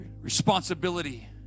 responsibility